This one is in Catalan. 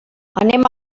anem